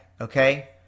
okay